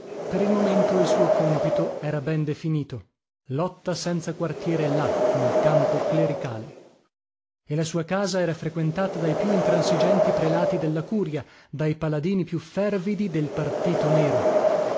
per il momento il suo cómpito era ben definito lotta senza quartiere là nel campo clericale e la sua casa era frequentata dai più intransigenti prelati della curia dai paladini più fervidi del partito nero